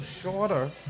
shorter